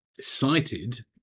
cited